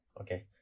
okay